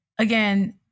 Again